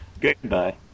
Goodbye